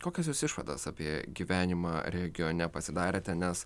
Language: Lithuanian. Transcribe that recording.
kokias jūs išvadas apie gyvenimą regione pasidarėte nes